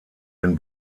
den